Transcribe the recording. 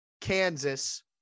Kansas